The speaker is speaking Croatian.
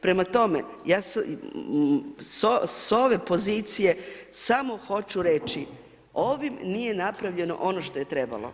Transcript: Prema tome, ja s ove pozicije samo hoću reći, ovim nije napravljeno ono što je trebalo.